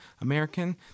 American